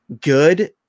good